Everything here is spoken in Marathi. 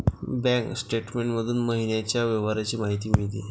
बँक स्टेटमेंट मधून महिन्याच्या व्यवहारांची माहिती मिळते